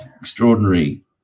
extraordinary